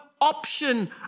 option